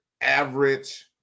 average